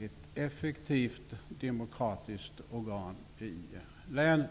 ett effektivt demokratiskt organ i länen.